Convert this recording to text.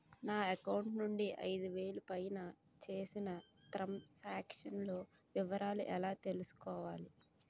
నా అకౌంట్ నుండి ఐదు వేలు పైన చేసిన త్రం సాంక్షన్ లో వివరాలు ఎలా తెలుసుకోవాలి?